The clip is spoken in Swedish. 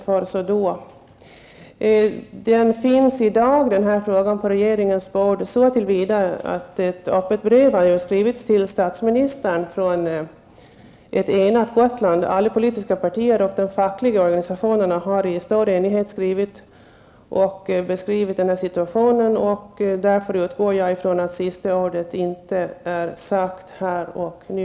Frågan finns i dag på regeringens bord så till vida att ett enat Gotland har skrivit ett brev till statsministern. Alla politiska partier och de fackliga organisationerna har där i stor enighet beskrivit situationen. Därför utgår jag från att sista ordet inte sägs här och nu.